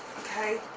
okay.